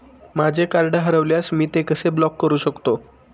माझे कार्ड हरवल्यास मी ते कसे ब्लॉक करु शकतो?